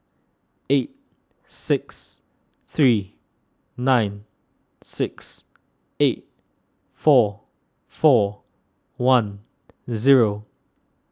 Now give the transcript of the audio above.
eight six three nine six eight four four one zero